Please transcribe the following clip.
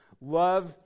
Love